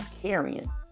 carrying